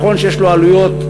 נכון שיש לו עלויות,